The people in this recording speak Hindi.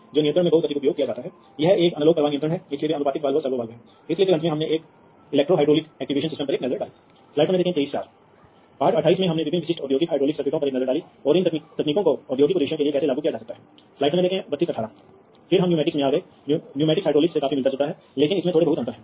तो और नियंत्रक जो यहां है वास्तव में डेटा की उस धारा को प्राप्त कर रहा है और फिर डेटा से उस डेटा को वास्तव में यह समझने में सक्षम है कि कौन सा डेटा आमतौर पर पैकेट के रूप में जाना जाता है और प्रत्येक पैकेट की जांच करके इसे वास्तव में समझता है